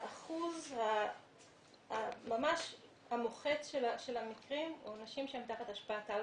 האחוז המוחץ של המקרים הוא של נשים שהן תחת השפעת אלכוהול,